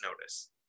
notice